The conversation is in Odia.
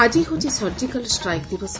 ଆଜି ହେଉଛି ସର୍ଜିକାଲ ଷ୍ଟ୍ରାଇକ୍ ଦିବସ